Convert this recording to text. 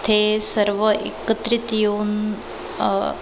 तिथे सर्व एकत्रित येऊन